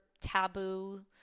taboo